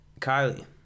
Kylie